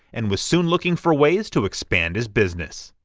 and was soon looking for ways to expand his business.